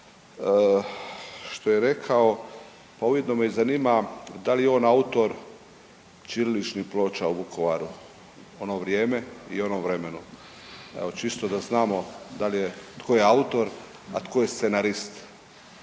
što je rekao, a ujedno me i zanima da li je on autor ćiriličnih ploča u Vukovaru u ono vrijeme i u onom vremenu, evo čisto da znamo dal je, tko je autor, a tko je scenarist,